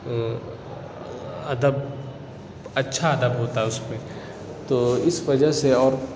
ادب اچھا ادب ہوتا اُس میں تو اِس وجہ سے اور